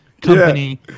Company